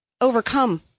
overcome